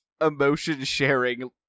emotion-sharing